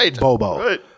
Bobo